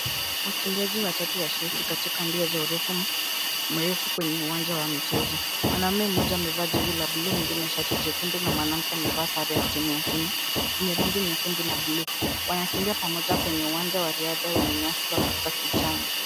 Wakimbiaji watatu washiriki katika mbio za urefu mrefu kwenye uwanja wa michezo. Mwanamume mmoja amevaa jezi la buluu na mwingine shati jekundu na mwanamke amevaa sare ya timu ya Kenya yenye rangi nyekundu na buluu, wanakimbia pamoja kwenye uwanja wa riadha wenye nyasi za rangi ya kijani.